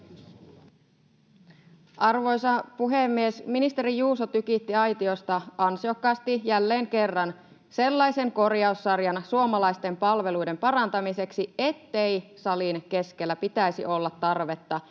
Arvoisa puhemies! Ministeri Juuso tykitti aitiosta ansiokkaasti, jälleen kerran, sellaisen korjaussarjan suomalaisten palveluiden parantamiseksi, ettei salin keskellä pitäisi olla tarvetta